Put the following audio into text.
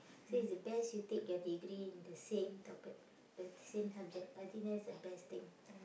so is best you take your degree in the same topic the same subject I think that's the best thing